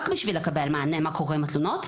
בשביל לקבל מענה מה קורה עם התלונות,